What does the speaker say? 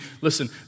Listen